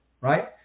right